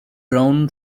brown